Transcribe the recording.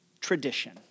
tradition